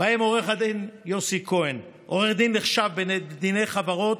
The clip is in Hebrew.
ובהם עו"ד יוסי כהן, עורך דין נחשב בדיני חברות